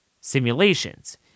simulations